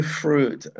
fruit